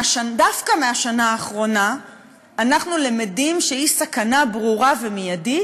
דווקא מהשנה האחרונה אנחנו למדים שהיא סכנה ברורה ומיידית,